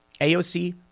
AOC